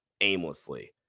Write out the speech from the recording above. aimlessly